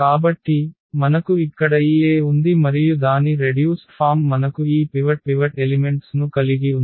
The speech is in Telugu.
కాబట్టి మనకు ఇక్కడ ఈ A ఉంది మరియు దాని రెడ్యూస్డ్ ఫామ్ మనకు ఈ పివట్ ఎలిమెంట్స్ ను కలిగి ఉంది